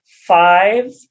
five